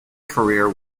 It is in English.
career